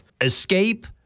escape